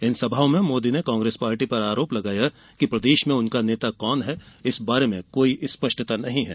इन सभाओं में मोदी ने कांग्रेस पार्टी पर आरोप लगाया कि प्रदेश में उनका नेता कौन है इस बारे में स्पष्टता नहीं है